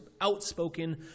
outspoken